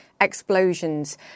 explosions